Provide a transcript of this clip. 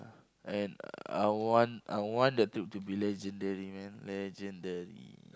and I want I want the trip to be legendary man legendary